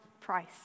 price